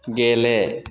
गेले